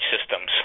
systems